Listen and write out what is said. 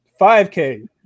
5K